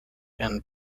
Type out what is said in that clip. and